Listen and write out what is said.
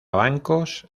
bancos